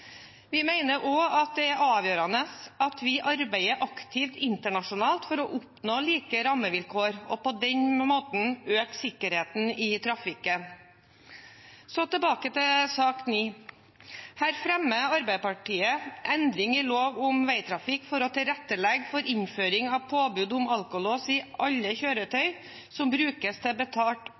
Vi mener også at det er avgjørende at vi arbeider aktivt internasjonalt for å oppnå like rammevilkår, og på den måten øke sikkerheten i trafikken. Så tilbake til sak nr. 9. Her fremmer Arbeiderpartiet og Sosialistisk Venstreparti forslag om endring i lov om vegtrafikk for å tilrettelegge for innføring av påbud om alkolås i alle kjøretøyer som brukes til betalt